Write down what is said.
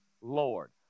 Lord